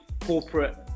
corporate